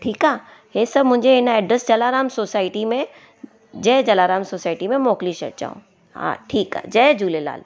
ठीकु आहे इहे सभु मुंहिंजे हिन एड्रेस चेलाराम सोसाइटी में जय चेलाराम सोसाइती में मोकिले छॾिजो हा ठीकु आहे जय झूलेलाल